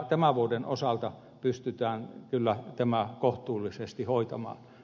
tämän vuoden osalta pystytään kyllä tämä kohtuullisesti hoitamaan